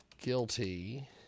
guilty